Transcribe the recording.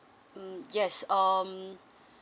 mm yes um